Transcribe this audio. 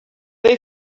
they